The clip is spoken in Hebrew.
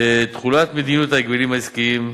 תחולת מדיניות ההגבלים העסקיים,